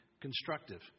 constructive